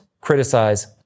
criticize